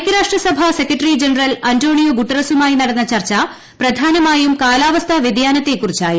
ഐക്യരാഷ്ട്രസഭ secretary general Antonio ഗുട്ടറസുമായി നടന്ന ചർച്ച പ്രധാനമായും കാലാവസ്ഥ വ്യതിയാനത്തെ കുറിച്ചായിരുന്നു